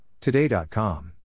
Today.com